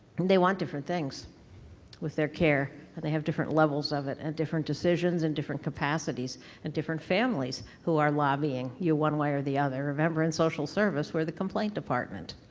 and they want different things with their care, and they have different levels of it and different decisions and different capacities and different families who are lobbying you one way or the other. remember, in social service, we're the complaint department.